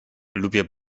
lubię